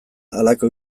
halako